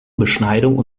beschneidung